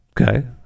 Okay